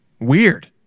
weird